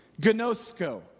gnosko